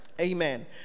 Amen